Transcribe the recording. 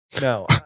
No